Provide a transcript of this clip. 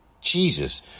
Jesus